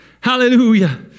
Hallelujah